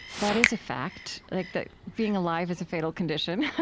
that is a fact, like that being alive is a fatal condition,